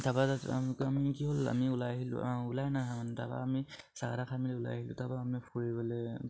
তাপা মানে কি হ'ল আমি ওলাই আহিলোঁ ওলাই নাখামান তাৰপা আমি চাহ তাতে খাই মেলি ওলাই আহিলোঁ তাৰপা আমি ফুৰিবলে